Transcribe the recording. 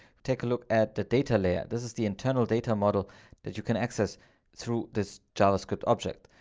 take a look at the data layer, this is the internal data model that you can access through this javascript object.